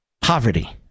Poverty